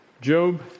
Job